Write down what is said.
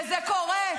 וזה קורה.